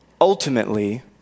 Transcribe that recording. ultimately